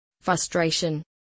frustration